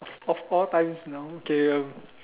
of all times now K